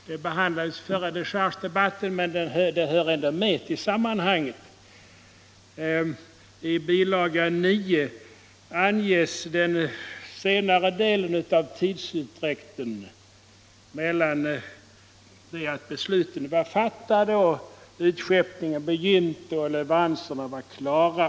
Frågan behandlades i den förra dechargedebatten, men den hör ändå med i dagens debatt. I bilaga 9 anges den senare delen av tidsutdräkten mellan det att beslutet fattats, utskeppningarna begynte och leveranserna var klara.